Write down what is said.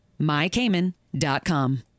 mycayman.com